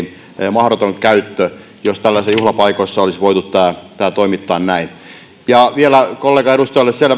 mahdoton käyttö jos tällaisissa juhlapaikoissa olisi voitu tämä toimittaa näin vielä kollegaedustajalle